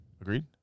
Agreed